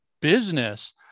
business